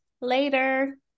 later